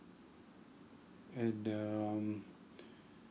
and um